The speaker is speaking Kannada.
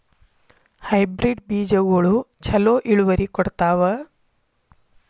ಹೈಬ್ರಿಡ್ ಬೇಜಗೊಳು ಛಲೋ ಇಳುವರಿ ಕೊಡ್ತಾವ?